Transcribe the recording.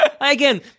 Again